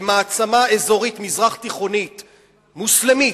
למעצמה אזורית מזרח-תיכונית מוסלמית,